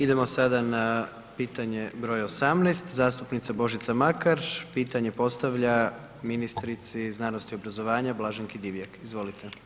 Idemo sada na pitanje br. 18., zastupnica Božica Makar, pitanje postavlja ministrici znanosti i obrazovanja Blaženki Divjak, izvolite.